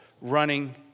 running